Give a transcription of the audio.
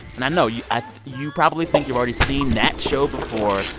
and i know you i you probably think you've already seen that show before.